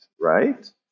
right